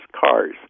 cars